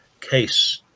case